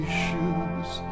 shoes